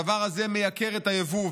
הדבר הזה מייקר את היבוא,